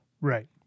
right